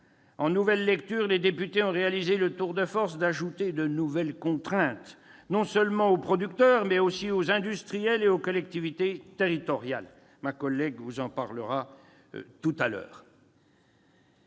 en nouvelle lecture, les députés ont réalisé le tour de force d'ajouter de nouvelles contraintes, non seulement pour les producteurs, mais aussi pour les industriels et les collectivités territoriales. Ma collègue Anne-Catherine Loisier